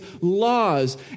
laws